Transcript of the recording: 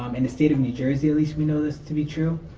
um in the state of new jersey, at least we know this to be true,